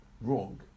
wrong